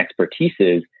expertises